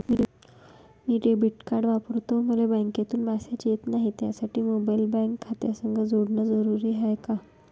मी debit card वापरतो मले बँकेतून मॅसेज येत नाही, त्यासाठी मोबाईल बँक खात्यासंग जोडनं जरुरी हाय का?